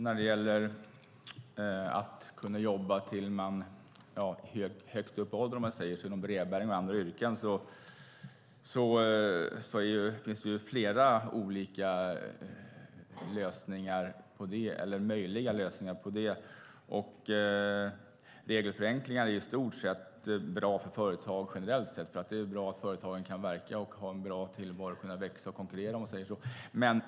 Fru talman! När det gäller att som brevbärare och inom andra yrken kunna jobba högt upp i åldrarna finns det flera olika möjliga lösningar. Regelförenklingar är i stort sett bra för företag generellt sett. Det är bra att företagen kan verka, har en bra tillvaro och kan växa och konkurrera.